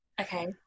okay